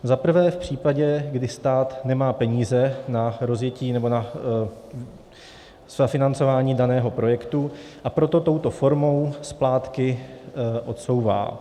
Za prvé v případě, kdy stát nemá peníze na rozjetí nebo na financování daného projektu, a proto touto formou splátky odsouvá.